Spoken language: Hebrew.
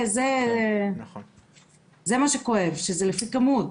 זה מה שכואב, שזה לפי כמות.